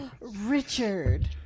Richard